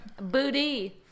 booty